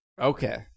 Okay